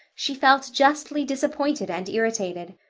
she felt justly disappointed and irritated.